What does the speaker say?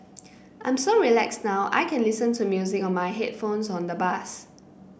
I'm so relaxed now I can listen to music on my headphones on the bus